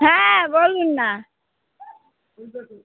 হ্যাঁ বলুন না